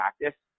practice